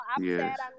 Yes